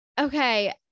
Okay